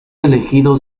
elegido